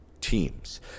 teams